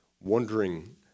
wondering